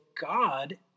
God